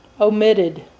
omitted